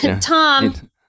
Tom